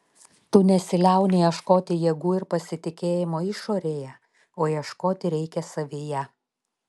tu nesiliauni ieškoti jėgų ir pasitikėjimo išorėje o ieškoti reikia savyje